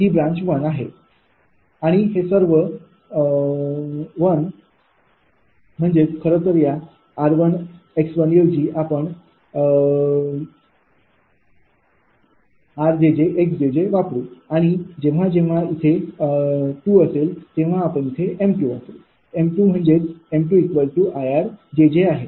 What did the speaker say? आणि ही ब्रांच 1आहे आणि हे सर्व 1 म्हणजे खरंतर या 𝑟 𝑥 ऐवजी आपण r𝑗𝑗 𝑥𝑗𝑗 वापरू आणि जेव्हा जेव्हा तेथे 2 असेल तेव्हा आपण इथे m2वापरू m2म्हणजे m2𝐼𝑅𝑗𝑗 आहे